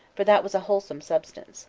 for that was a wholesome substance